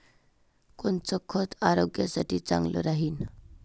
कोनचं खत आरोग्यासाठी चांगलं राहीन?